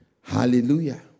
Hallelujah